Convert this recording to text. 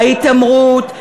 ההתעמרות,